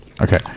Okay